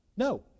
No